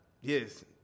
Yes